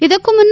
ಇದಕ್ಕೂ ಮುನ್ನ